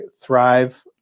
thrive